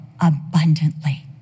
abundantly